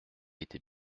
était